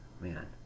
Man